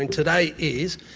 and today is,